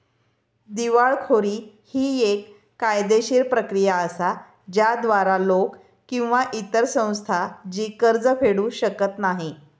दिवाळखोरी ही येक कायदेशीर प्रक्रिया असा ज्याद्वारा लोक किंवा इतर संस्था जी कर्ज फेडू शकत नाही